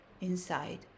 inside